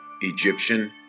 Egyptian